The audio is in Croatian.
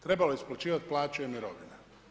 Trebalo je isplaćivati plaće i mirovine.